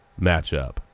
matchup